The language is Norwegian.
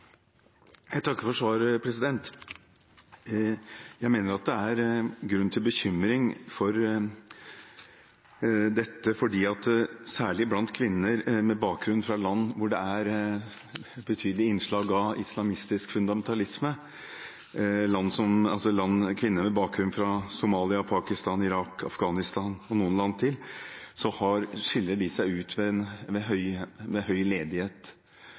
Jeg takker for svaret. Jeg mener det er grunn til bekymring for dette. Særlig kvinner med bakgrunn fra land der det er et betydelig innslag av islamistisk fundamentalisme, altså kvinner med bakgrunn fra land som Somalia, Pakistan, Irak, Afghanistan og noen land til, skiller seg ut